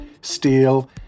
steel